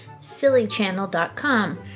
SillyChannel.com